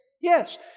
Yes